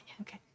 Okay